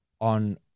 on